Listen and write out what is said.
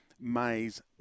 Mays